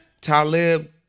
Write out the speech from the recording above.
Talib